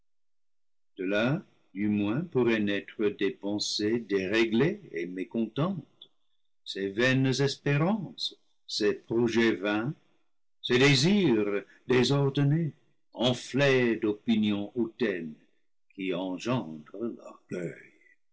de là du moins pourraient naître ces pensées déréglées et mécontentes ces vaines espérances ces projets vains ces désirs désordonnés enflés d'opinions hautaines qui engendrent l'orgueil